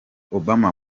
obama